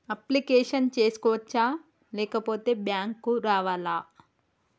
Application చేసుకోవచ్చా లేకపోతే bank రావాలా?